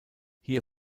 hier